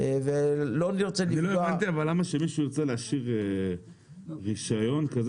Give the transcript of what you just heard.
לא הבנתי אבל למה שמישהו ירצה להשיב רישיון כזה